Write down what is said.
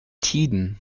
tiden